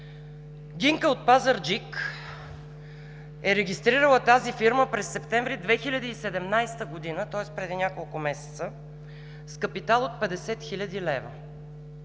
Гинка от Пазарджик е регистрирала тази фирма през месец септември 2017 г., тоест преди няколко месеца, с капитал от 50 хил. лв.